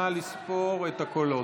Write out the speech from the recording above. נא לספור את הקולות.